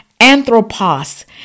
anthropos